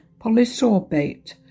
Polysorbate